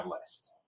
list